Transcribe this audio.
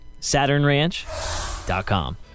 SaturnRanch.com